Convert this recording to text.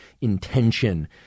intention